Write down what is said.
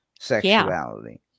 sexuality